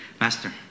Master